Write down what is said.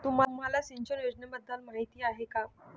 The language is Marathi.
तुम्हाला सिंचन योजनेबद्दल माहिती आहे का?